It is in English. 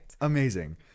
Amazing